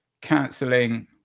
Canceling